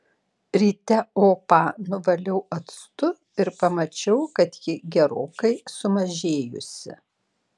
ryte opą nuvaliau actu ir pamačiau kad ji gerokai sumažėjusi